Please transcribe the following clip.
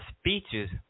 speeches